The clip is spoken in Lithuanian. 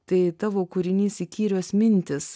tai tavo kūrinys įkyrios mintys